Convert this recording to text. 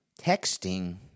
Texting